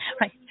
Right